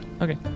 Okay